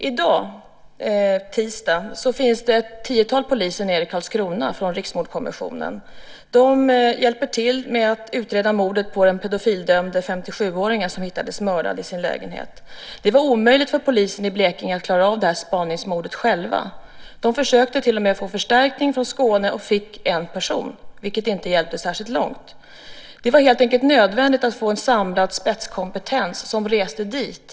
I dag tisdag finns ett tiotal poliser från Riksmordkommissionen nere i Karlskrona. De hjälper till med att utreda mordet på den pedofildömde 57-åring som hittades mördad i sin lägenhet. Det var omöjligt för polisen i Blekinge att klara av det spaningsmordet själva. De försökte till och med få förstärkning från Skåne och fick en person, vilket inte hjälpte särskilt långt. Det var helt enkelt nödvändigt att få en samlad spetskompetens som reste dit.